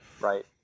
Right